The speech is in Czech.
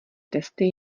testy